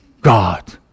God